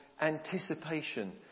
anticipation